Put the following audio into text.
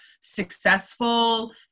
successful